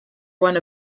one